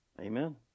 Amen